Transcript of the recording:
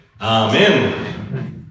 Amen